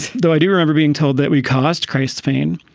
though i do remember being told that we cost christ fame.